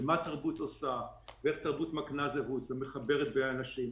ומה תרבות עושה ואיך תרבות מקנה זהות ומחברת בין אנשים.